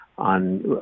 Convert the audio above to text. On